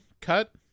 cut